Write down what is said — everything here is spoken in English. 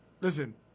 listen